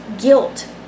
guilt